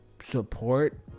Support